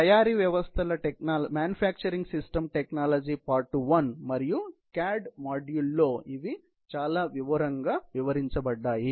తయారీ వ్యవస్థల technology part 1 మరియు CAD మాడ్యూల్లో ఇవి వివరించబడ్డాయి